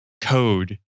code